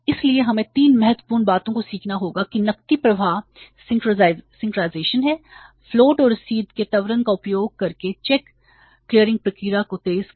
इसलिए हमें 3 महत्वपूर्ण बातों को सीखना होगा जो कि नकदी प्रवाह सिंक्रनाइज़ेशन है फ्लोट और रसीद के त्वरण का उपयोग करके चेक क्लियरिंग प्रक्रिया को तेज करना